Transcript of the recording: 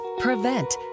prevent